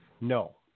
no